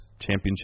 championship